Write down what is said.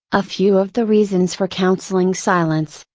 a few of the reasons for counseling silence,